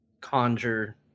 conjure